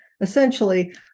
Essentially